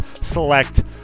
select